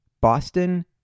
Boston